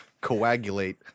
coagulate